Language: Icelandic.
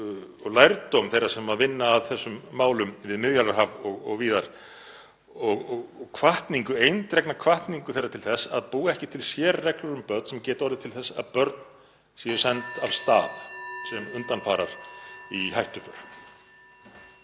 og lærdóm þeirra sem vinna að þessum málum við Miðjarðarhaf og víðar og eindregna hvatningu þeirra til þess að búa ekki til sérreglur um börn sem gætu orðið til þess að börn yrðu send af stað sem undanfarar í hættuför.